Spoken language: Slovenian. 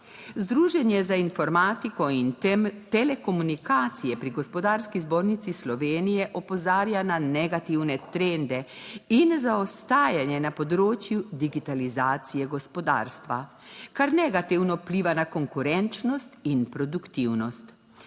Združenje za informatiko in telekomunikacije pri Gospodarski zbornici Slovenije opozarja na negativne trende in zaostajanje na področju digitalizacije gospodarstva, kar negativno vpliva na konkurenčnost in produktivnost.